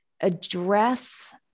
address